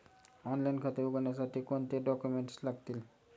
Online खाते उघडण्यासाठी कोणते डॉक्युमेंट्स लागतील?